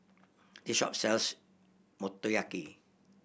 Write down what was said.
this shop sells Motoyaki